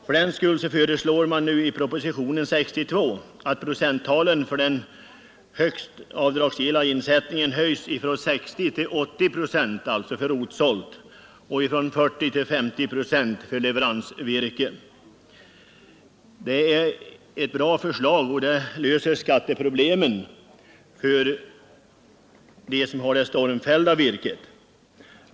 Fördenskull föreslås i propositionen 62 att procenttalen för den högsta avdragsgilla insättningen höjs från 60 till 80 procent för rotsålt virke och från 40 till 50 procent för leveransvirke. Det är ett bra förslag, som löser skatteproblemen för dem som har det stormfällda virket.